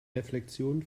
reflexion